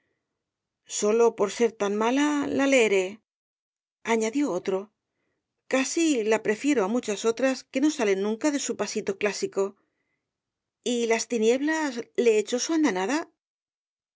sólo por ser tan mala la leeré añadió otro casi la prefiero á muchas otras que no salen nunca de su pasito clásico y las tinieblas le echó su andanada